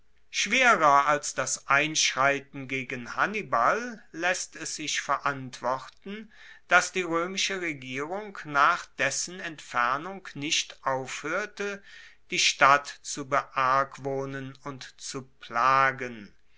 schwerer als das einschreiten gegen hannibal laesst es sich verantworten dass die roemische regierung nach dessen entfernung nicht aufhoerte die stadt zu beargwohnen und zu plagen